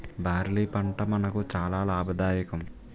barley పంట మనకు చాలా లాభదాయకం